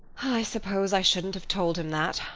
i suppose i shouldn't have told him that,